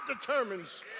determines